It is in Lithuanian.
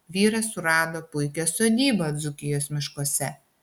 vyras surado puikią sodybą dzūkijos miškuose